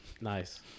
Nice